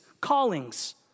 callings